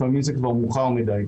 לפעמים זה כבר מאוחר מדי.